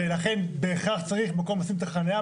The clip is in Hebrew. ולכן בהכרח צריך מקום לשים את החניה.